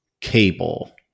cable